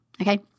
Okay